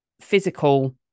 physical